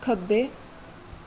ਖੱਬੇ